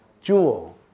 jewel